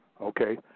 Okay